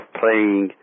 playing